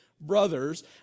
brothers